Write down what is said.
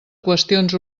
qüestions